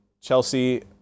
Chelsea